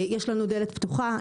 יש לנו דלת פתוחה,